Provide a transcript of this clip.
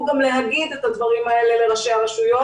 גם להגיד את הדברים האלה לראשי הרשויות.